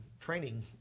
training